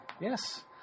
Yes